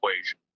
equation